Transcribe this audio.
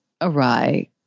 awry